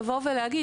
מנסים לבוא ולהגיד,